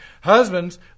Husbands